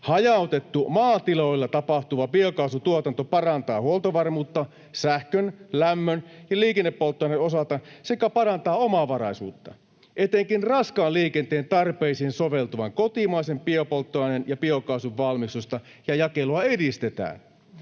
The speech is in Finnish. ”Hajautettu, maatiloilla tapahtuva biokaasutuotanto parantaa huoltovarmuutta sähkön, lämmön ja liikennepolttoaineiden osalta sekä parantaa omavaraisuutta.” ”Etenkin raskaan liikenteen tarpeisiin soveltuvan kotimaisen biopolttoaineen ja biokaasun valmistusta ja jakelua edistetään.